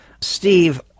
Steve